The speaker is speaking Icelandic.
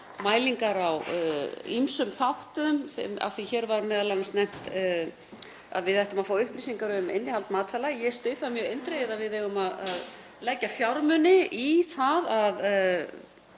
mælingar á ýmsum þáttum, af því að hér var m.a. nefnt að við ættum að fá upplýsingar um innihald matvæla. Ég styð eindregið að við eigum að leggja fjármuni í að það